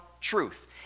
truth